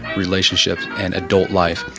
relationships, and adult life.